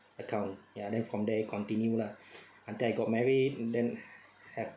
account ya then from there it continue lah until I got married and then have